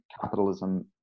capitalism